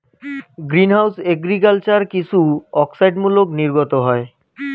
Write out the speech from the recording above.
green house agriculture কিছু অক্সাইডসমূহ নির্গত হয়